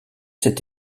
cet